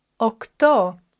octo